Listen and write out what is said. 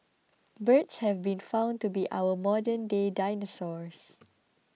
birds have been found to be our modernday dinosaurs